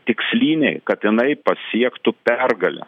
tiksliniai kad jinai pasiektų pergalę